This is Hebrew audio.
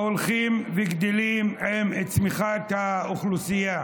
ההולכים וגדלים עם צמיחת האוכלוסייה,